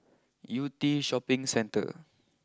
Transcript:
Yew Tee Shopping Centre